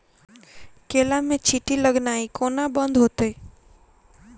केला मे चींटी लगनाइ कोना बंद हेतइ?